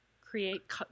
create